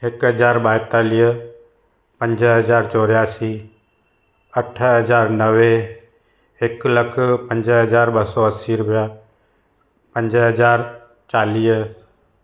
हिकु हज़ार ॿाएतालीह पंज हज़ार चोरासी अठ हज़ार नवे हिकु लखु पंज हज़ार ॿ सौ असी रुपिया पंज हज़ार चालीह